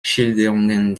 schilderungen